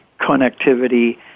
connectivity